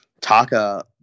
Taka